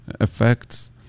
effects